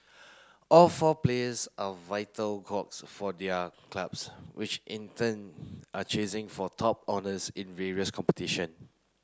all four players are vital cogs for their clubs which in turn are chasing for top honours in various competition